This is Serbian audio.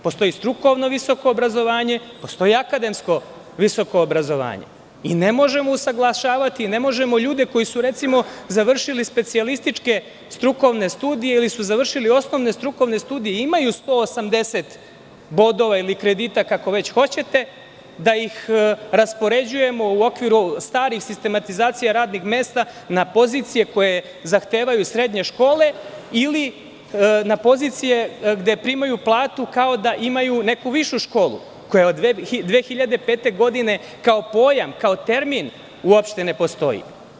Postoji strukovno visoko obrazovanje, postoji akademsko visoko obrazovanje i ne možemo usaglašavati i ne možemo ljude koji su završili specijalističke strukovne studije, ili su završili osnovne strukovne studije i imaju 180 bodova ili kredita, kako hoćete, da ih raspoređujemo u okviru starih sistematizacija radnih mesta na pozicije koje zahtevaju srednje škole ili na pozicije gde primaju platu kao da imaju neku višu školu koja od 2005. godine, kao pojam, kao termin, ne postoji.